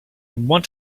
want